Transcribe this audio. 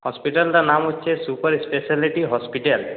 হসপিটালটার নাম হচ্ছে super speciality hospital